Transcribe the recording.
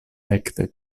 ekde